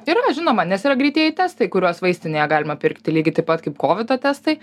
yra žinoma nes yra greitieji testai kuriuos vaistinėje galima pirkti lygiai taip pat kaip kovido testai